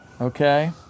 okay